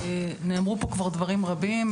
נאמרו פה כבר דברים רבים,